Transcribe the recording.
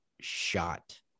shot